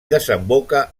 desemboca